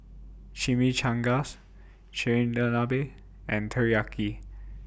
Chimichangas Chigenabe and Teriyaki